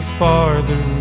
farther